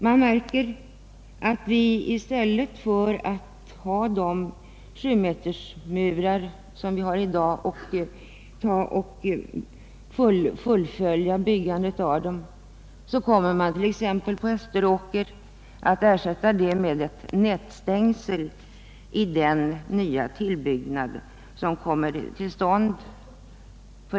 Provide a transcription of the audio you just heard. Man märker att vi, i stället för att behålla de sjumetersmurar som finns och fortsätta att bygga sådana, exempelvis runt en tillbyggnad för ett 160 intagna på Österåker, kommer att ersätta murarna med nätstängsel.